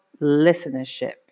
listenership